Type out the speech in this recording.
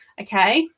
okay